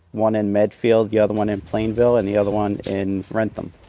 one in medfield, the other one in plainville, and the other one in wrentham.